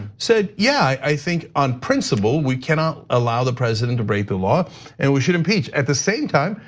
said, yeah, i think on principle, we cannot allow the president to break the law and we should impeach. at the same time,